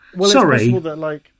Sorry